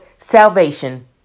Salvation